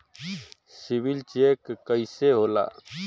CIBIL check कइसे होला?